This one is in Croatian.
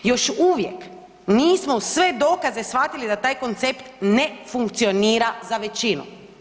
Još uvijek nismo sve dokaze shvatili da taj koncept ne funkcionira za većinu.